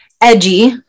edgy